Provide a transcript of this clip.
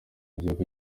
gihugu